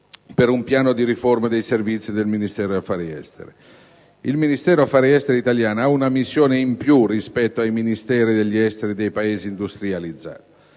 per un piano di riforma dei servizi del Ministero degli affari esteri. Il nostro Dicastero ha una missione in più rispetto ai Ministeri degli esteri dei Paesi industrializzati.